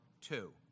two